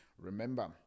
Remember